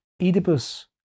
Oedipus